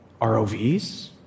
ROVs